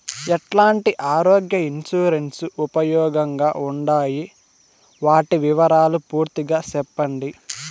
ఎట్లాంటి ఆరోగ్య ఇన్సూరెన్సు ఉపయోగం గా ఉండాయి వాటి వివరాలు పూర్తిగా సెప్పండి?